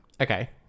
Okay